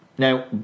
Now